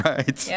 Right